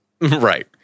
Right